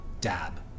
dab